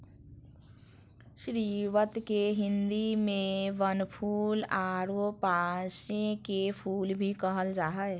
स्रीवत के हिंदी में बनफूल आरो पांसे के फुल भी कहल जा हइ